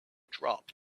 drop